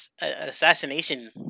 assassination